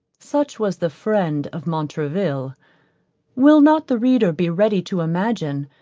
such was the friend of montraville will not the reader be ready to imagine,